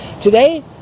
Today